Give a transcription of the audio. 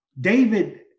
David